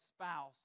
spouse